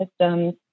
systems